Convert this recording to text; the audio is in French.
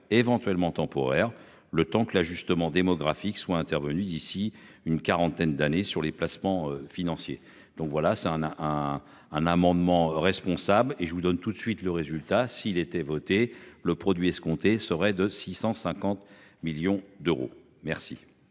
éventuellement temporaire le temps que l'ajustement démographique soit intervenu d'ici une quarantaine d'années sur les placements financiers. Donc voilà c'est un, un, un, un amendement responsable et je vous donne tout de suite le résultat s'il était voté le produit escompté serait de 650 millions d'euros. Merci.